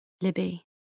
Libby